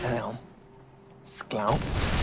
him sklounst.